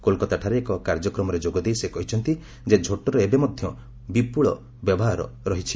କୋଲ୍କତାଠାରେ ଏକ କାର୍ଯ୍ୟକ୍ରମରେ ଯୋଗଦେଇ ସେ କହିଛନ୍ତି ଯେ ଝୋଟର ଏବେ ବହୁଳ ବ୍ୟବହାର କରାଯାଉଛି